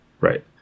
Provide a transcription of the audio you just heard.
right